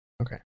Okay